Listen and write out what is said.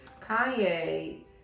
Kanye